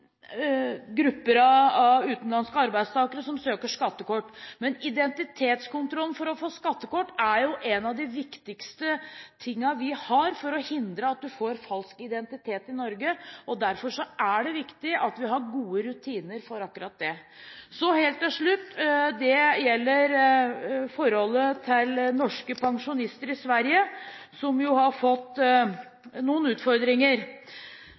grupper av utenlandske arbeidstakere som søker skattekort. Men identitetskontrollen for å få skattekort er jo en av de viktigste tingene vi har for å hindre falsk identitet i Norge, og derfor er det viktig at vi har gode rutiner for akkurat det. Så helt til slutt: Det gjelder forholdet til norske pensjonister i Sverige, som har fått noen utfordringer.